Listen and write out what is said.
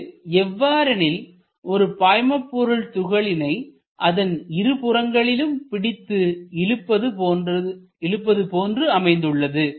இது எவ்வாறெனில் ஒரு பாய்மபொருள் துகளினை அதன் இருபுறங்களிலும் பிடித்து இழுப்பது போன்று அமைந்துள்ளது